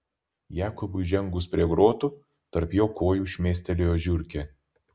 jakobui žengus prie grotų tarp jo kojų šmėstelėjo žiurkė